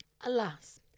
alas